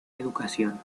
educación